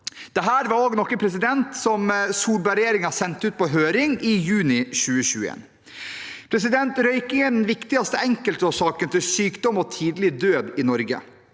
Dette var også noe som Solbergregjeringen sendte ut på høring i juni 2021. Røyking er den viktigste enkeltårsaken til sykdom og tidlig død i Norge.